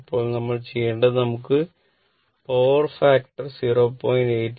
ഇപ്പോൾ നമ്മൾ ചെയ്യേണ്ടത് നമുക്ക് പവർ ഫാക്ടർ 0